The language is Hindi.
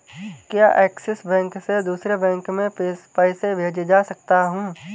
क्या ऐक्सिस बैंक से दूसरे बैंक में पैसे भेजे जा सकता हैं?